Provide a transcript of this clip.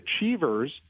achievers